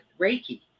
Reiki